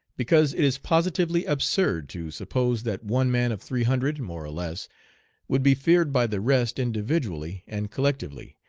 because it is positively absurd to suppose that one man of three hundred more or less would be feared by the rest individually and collectively,